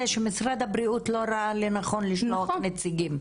שמשרד הבריאות לא ראה לנכון לשלוח נציגים.